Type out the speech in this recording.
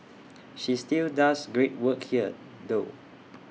she still does great work here though